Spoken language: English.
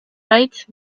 right